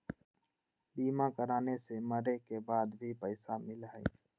बीमा कराने से मरे के बाद भी पईसा मिलहई?